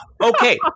Okay